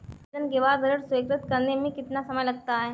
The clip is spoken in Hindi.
आवेदन के बाद ऋण स्वीकृत करने में कितना समय लगता है?